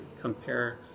compare